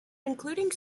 including